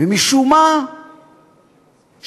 ומשום מה, שקט.